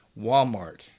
Walmart